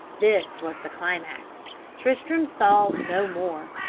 this was the climax tristram saw no more.